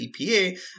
EPA